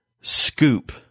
scoop